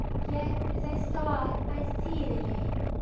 yet as i saw it, i see it again,